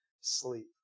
sleep